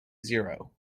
zero